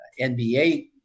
NBA